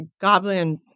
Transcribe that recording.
goblin